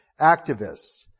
activists